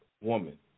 woman